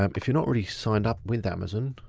um if you're not really signed up with amazon,